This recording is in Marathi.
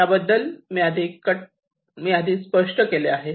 याबद्दल मी आधी स्पष्ट केले आहे